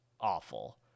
awful